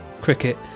cricket